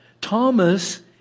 Thomas